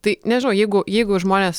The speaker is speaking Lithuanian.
tai nežinau jeigu jeigu žmonės